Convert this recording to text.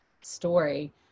story